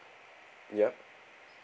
yup